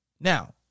Now